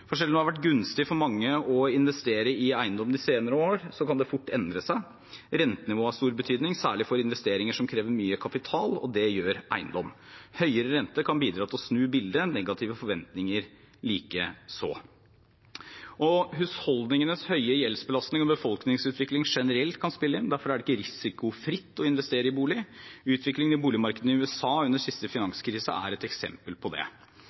For selv om det har vært gunstig for mange å investere i eiendom de senere år, kan det fort endre seg. Rentenivået har stor betydning, særlig for investeringer som krever mye kapital, og det gjør eiendom. Høyere rente kan bidra til å snu bildet. Negative forventninger likeså. Husholdningenes høye gjeldsbelastning og befolkningsutviklingen generelt kan spille inn. Derfor er det ikke risikofritt å investere i bolig. Utviklingen i boligmarkedene i USA under siste finanskrise er et eksempel på det.